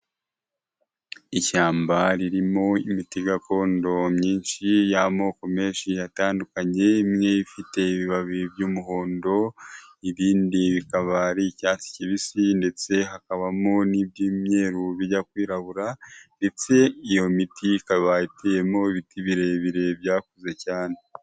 Ishyamba ririmo imiti gakondo myinshi y'amoko menshi atandukanye imwe ifite ibibabi by'umuhondo, ibindi bikaba ari icyatsi kibisi ndetse hakabamo n'iby'imyeru bijya kwirabura ndetse iyo miti ikaba iteyemo ibiti birebire byakuze cyane.